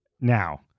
Now